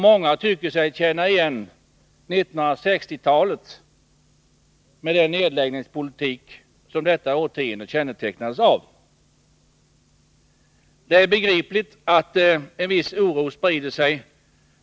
Många tycker sig känna igen 1960-talet, med den nedläggningspolitik som detta årtionde kännetecknades av. Det är begripligt att en viss oro sprider sig.